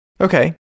Okay